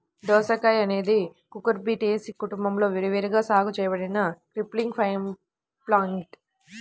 దోసకాయఅనేది కుకుర్బిటేసి కుటుంబంలో విరివిగా సాగు చేయబడిన క్రీపింగ్ వైన్ప్లాంట్